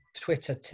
Twitter